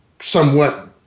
somewhat